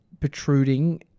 protruding